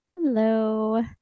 Hello